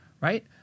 right